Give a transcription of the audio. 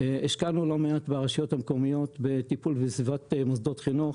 השקענו לא מעט ברשויות המקומיות בטיפול בסביבת מוסדות חינוך,